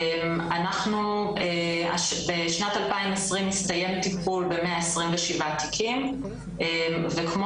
אנחנו בשנת 2020 הסתיים טיפול ב-127 תיקים וכמו